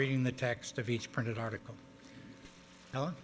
reading the text of each printed article el